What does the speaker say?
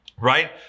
Right